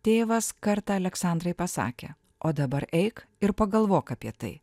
tėvas kartą aleksandrai pasakė o dabar eik ir pagalvok apie tai